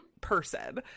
person